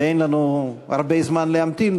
אין לנו הרבה זמן להמתין.